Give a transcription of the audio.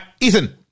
Ethan